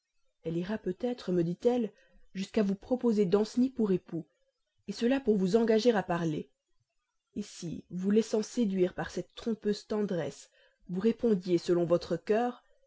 elle ira peut-être me dit-elle jusqu'à vous proposer danceny pour époux cela pour vous engager à parler et si vous laissant séduire par cette trompeuse tendresse vous répondiez selon votre cœur